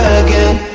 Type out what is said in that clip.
again